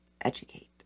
educate